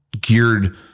geared